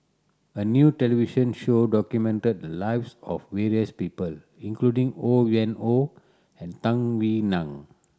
a new television show documented the lives of various people including Ho Yuen Hoe and Tung Yue Nang